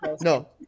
No